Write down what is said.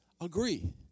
agree